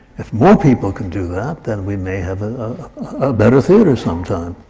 if more people can do that, then we may have a better theatre sometime.